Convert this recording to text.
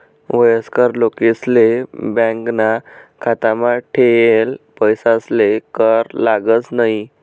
वयस्कर लोकेसले बॅकाना खातामा ठेयेल पैसासले कर लागस न्हयी